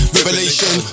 Revelation